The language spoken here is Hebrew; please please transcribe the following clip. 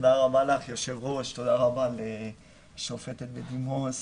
תודה רבה לך יו"ר, תודה רבה לשופטת בדימוס